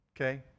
Okay